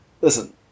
listen